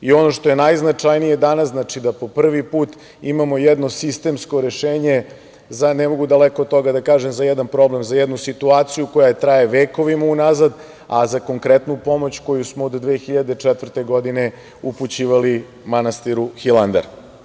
Ono što je najznačajnije danas jeste da po prvi put imamo jedno sistemsko rešenje, ne mogu, daleko od toga, da kažem za jedan problem, za jednu situaciju koja traje vekovima unazad, a za konkretnu pomoć koju smo od 2004. godine upućivali manastiru Hilandar.